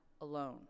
alone